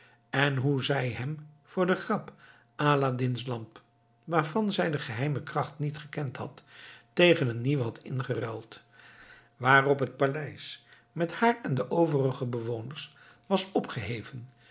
en hoe zij hem voor den grap aladdin's lamp waarvan zij de geheime kracht niet gekend had tegen een nieuwe had ingeruild waarop het paleis met haar en de overige bewoners was opgeheven